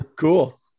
cool